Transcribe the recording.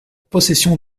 possession